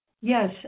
Yes